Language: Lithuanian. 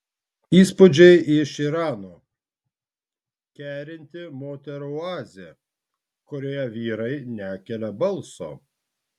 įspūdžiai iš irano kerinti moterų oazė kurioje vyrai nekelia balso